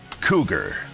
Cougar